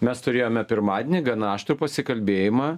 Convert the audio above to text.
mes turėjome pirmadienį gana aštrų pasikalbėjimą